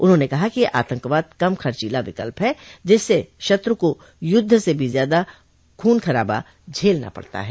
उन्होंने कहा कि आतंकवाद कम खर्चीला विकल्प है जिससे शत्र् को युद्ध से भी ज्यादा खून खराबा झेलना पड़ता है